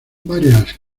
varias